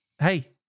Hey